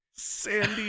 Sandy